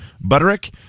Butterick